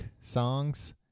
songs